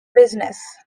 business